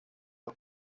los